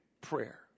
prayer